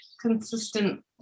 consistent